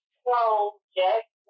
project